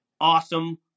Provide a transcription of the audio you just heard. Awesome